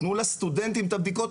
תנו לסטודנטים את הבדיקות,